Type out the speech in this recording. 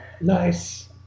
Nice